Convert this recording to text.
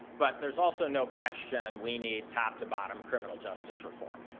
but there's also no question we need top-to-bottom criminal justice reform.